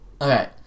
Okay